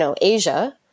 Asia